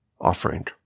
offering